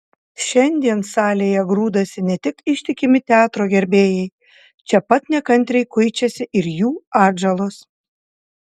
šiandien salėje grūdasi ne tik ištikimi teatro gerbėjai čia pat nekantriai kuičiasi ir jų atžalos